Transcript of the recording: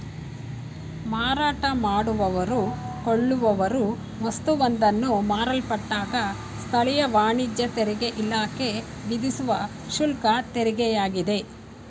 ಮಾರಾಟ ಮಾಡುವವ್ರು ಕೊಳ್ಳುವವ್ರು ವಸ್ತುವೊಂದನ್ನ ಮಾರಲ್ಪಟ್ಟಾಗ ಸ್ಥಳೀಯ ವಾಣಿಜ್ಯ ತೆರಿಗೆಇಲಾಖೆ ವಿಧಿಸುವ ಶುಲ್ಕತೆರಿಗೆಯಾಗಿದೆ